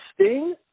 Sting